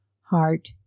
heart